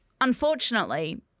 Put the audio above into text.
Unfortunately